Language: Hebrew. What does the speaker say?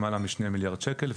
למעלה מ-2 מיליארד שקל,